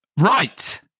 Right